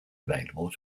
available